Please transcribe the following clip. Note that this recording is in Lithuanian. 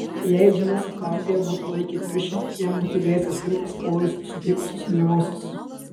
jei džinas su klaudija būtų laikę triušį jam būtų grėsęs rimtas pavojus nuo supykusios mylimosios